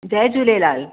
Jay Jhulelal